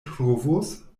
trovos